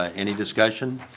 ah any discussion?